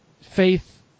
Faith